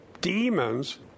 demons